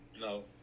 No